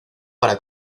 para